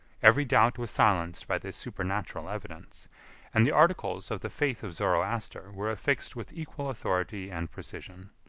every doubt was silenced by this supernatural evidence and the articles of the faith of zoroaster were fixed with equal authority and precision.